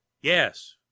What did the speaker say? Yes